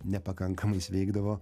nepakankamai sveikdavo